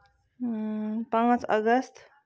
اۭں پانٛژھ اَگست